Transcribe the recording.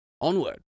Onward